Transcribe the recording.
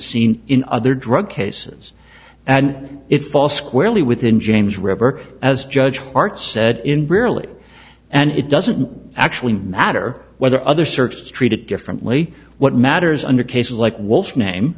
seen in other drug cases and it falls squarely within james river as judge hart said in barely and it doesn't actually matter whether other searches treat it differently what matters under cases like wolf name